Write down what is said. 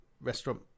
restaurant